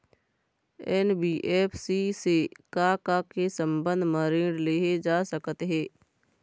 NBFC से का का के संबंध म ऋण लेहे जा सकत हे?